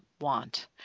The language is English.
want